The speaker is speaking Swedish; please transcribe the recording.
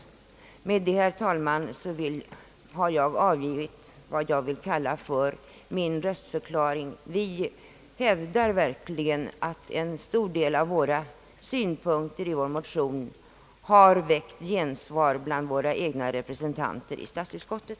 Med detta, herr talman, har jag avgivit vad jag vill kalla för min röstförklaring. Vi hävdar verkligen att en stor del av de synpunkter, som framförts i vår motion, har väckt gensvar hos våra egna representanter i statsutskottet.